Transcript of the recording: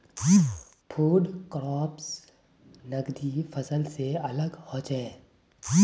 food crops नगदी फसल से अलग होचे